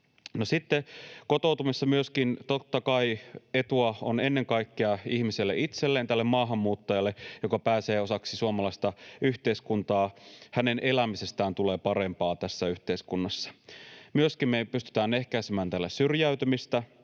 kotoutumisessa myöskin totta kai etua on ennen kaikkea ihmiselle itselleen, tälle maahanmuuttajalle, joka pääsee osaksi suomalaista yhteiskuntaa. Hänen elämisestään tulee parempaa tässä yhteiskunnassa. Me pystytään myöskin ehkäisemään tällä syrjäytymistä,